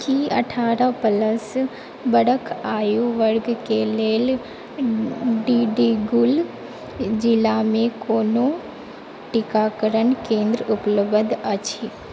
की अठारह प्लस बरख आयु वर्गके लेल डिडिगुल जिलामे कोनो टीकाकरण केंद्र उपलब्ध अछि